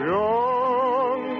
young